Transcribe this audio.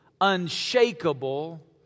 unshakable